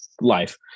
life